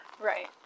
right